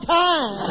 time